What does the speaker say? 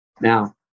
Now